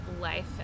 life